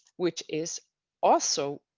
which is also